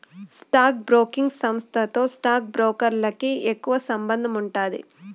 stock broking సంస్థతో stock బ్రోకర్లకి ఎక్కువ సంబందముండాది